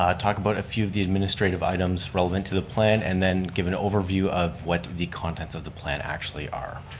ah talk about a few of the administrative items relevant to the plan, and then give an overview of what the contents of the plan actually are.